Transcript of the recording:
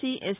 C S